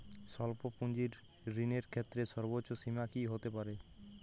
স্বল্প পুঁজির ঋণের ক্ষেত্রে সর্ব্বোচ্চ সীমা কী হতে পারে?